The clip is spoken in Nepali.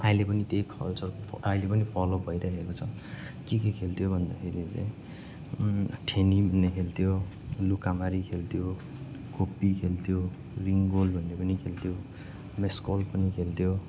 अहिले पनि त्यही कल्चर अहिले पनि फलो भइरहेको छ के के खेल्थ्यो भन्दाखेरि चाहिँ ठेनी भन्ने खेल्थ्यो लुकामारी खेल्थ्यो खोप्पी खेल्थ्यो रिङ्गोल भन्ने पनि खेल्थ्यो मेसकोल पनि खेल्थ्यो